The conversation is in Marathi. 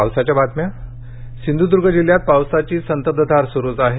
पाऊस सिंधुद्र्ग जिल्ह्यात पावसाची संततधार सुरूच आहे